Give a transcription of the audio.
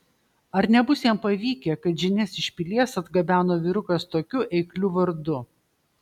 ar nebus jam pavykę kad žinias iš pilies atgabeno vyrukas tokiu eikliu vardu